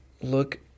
look